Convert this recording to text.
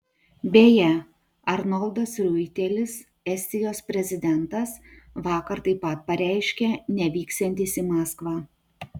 beje arnoldas riuitelis estijos prezidentas vakar taip pat pareiškė nevyksiantis į maskvą